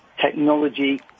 technology